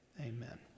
Amen